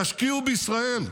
תשקיעו בישראל.